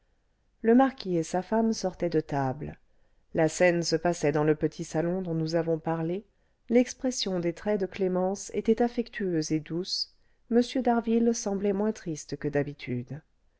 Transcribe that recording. le marquis et sa femme sortaient de table la scène se passait dans le petit salon dont nous avons parlé l'expression des traits de clémence était affectueuse et douce m d'harville semblait moins triste que d'habitude